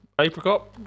apricot